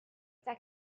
that